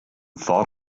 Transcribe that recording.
thought